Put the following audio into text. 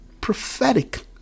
prophetic